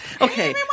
okay